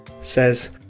says